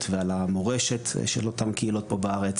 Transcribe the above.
ועל המורשת של אותם קהילות פה בארץ